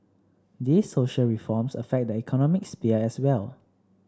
these social reforms affect the economic sphere as well